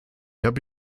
habe